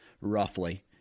roughly